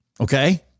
Okay